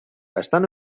estan